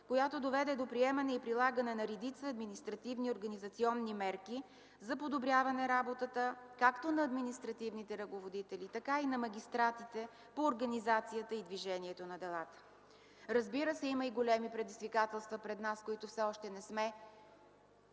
която доведе до приемане и прилагане на редица административни и организационни мерки за подобряване работата както на административните ръководители, така и на магистратите по организацията и движението на делата. Разбира се, има и големи предизвикателства пред нас, които все още не сме